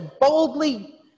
boldly